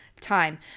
time